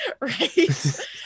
right